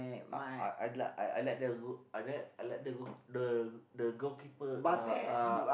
uh uh I like I like the g~ I like I like the g~ the the goalkeeper uh uh